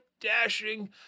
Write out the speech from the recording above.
dashing